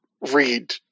read